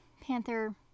Panther